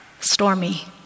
stormy